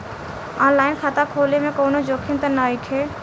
आन line खाता खोले में कौनो जोखिम त नइखे?